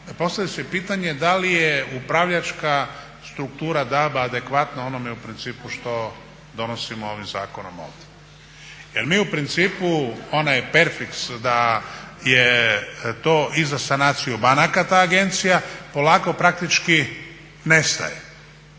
postavlja se pitanje da li je upravljačka struktura DAB-a adekvatna u principu onome što donosimo ovim zakonom ovdje. Jer u mi u principu onaj prefiks da je to i za sanaciju banaka ta agencija polako nestaje